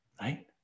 right